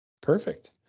Perfect